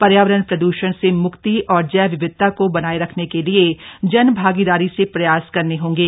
पर्यावरण प्रद्रषण से मूक्ति और जैव विविधता को बनाये रखने के लिए जनभागीदारी से प्रयास करने होंगे